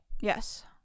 Yes